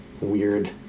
weird